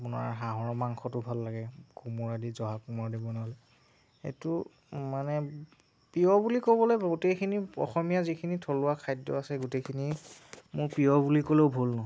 আপোনাৰ হাঁহৰ মাংসতো ভাল লাগে কোমোৰাদি জহা কোমোৰাদি বনালে এইটো মানে প্ৰিয় বুলি ক'বলৈ গোটেইখিনি অসমীয়া যিখিনি থলুৱা খাদ্য আছে গোটেইখিনি মোৰ প্ৰিয় বুলি ক'লেও ভুল নহয়